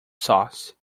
sauce